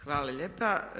Hvala lijepa.